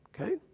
okay